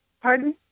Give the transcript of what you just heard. Pardon